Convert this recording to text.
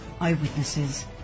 eyewitnesses